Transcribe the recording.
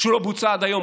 שלא בוצע עד היום,